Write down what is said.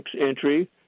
entry